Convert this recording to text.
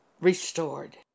restored